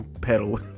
pedal